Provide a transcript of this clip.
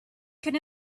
could